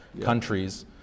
countries